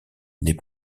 les